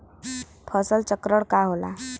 फसल चक्रण का होला?